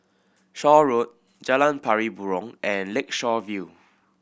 Shaw Road Jalan Pari Burong and Lakeshore View